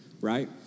Right